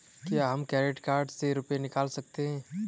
क्या हम credit card से रुपये निकाल सकते हैं?